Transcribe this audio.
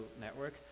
network